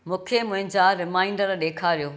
मूंखे मुंहिंजा रिमाइंडर ॾेखारियो